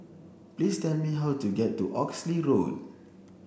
please tell me how to get to Oxley Road